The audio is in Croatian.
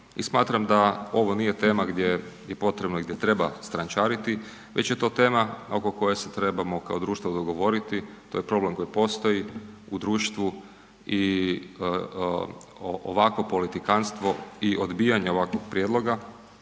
smatram da ovo nije tema gdje je potrebno i gdje treba strančariti, već je to tema oko koje se trebamo kao društvo dogovoriti, to je problem koji postoji u društvu i ovako politikanstvo i odbijanje ovakvog prijedloga,